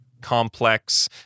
complex